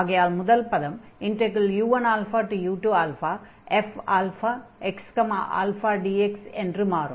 ஆகையால் முதல் பதம் u1u2fxαdx என்று மாறும்